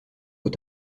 aux